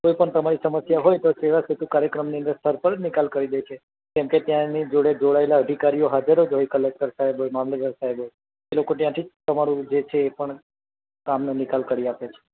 કોઈ પણ તમારી સમસ્યા હોય તો સેવાસેતુ કાર્યક્રમની અંદર સ્થળ પર જ નિકાલ કરી દે છે કેમ કે ત્યાંની જોડે જોડાયેલા અધિકારીઓ હાજર જ હોય કલેક્ટર સાહેબ હોય મામલતદાર સાહેબ હોય એ લોકો ત્યાંથી જ તમારું જે છે એ પણ કામનો નિકાલ કરી આપે છે